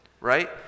right